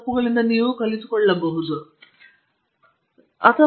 ಮತ್ತು ಅಂತಿಮವಾಗಿ ವೈಜ್ಞಾನಿಕ ವಿಧಾನದಲ್ಲಿ ಧನಾತ್ಮಕ ವರ್ತನೆ ಮತ್ತು ನಂಬಿಕೆ